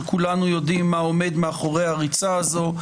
כולנו יודעים מה עומד מאחורי הריצה הזו,